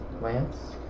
Lance